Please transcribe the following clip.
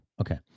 Okay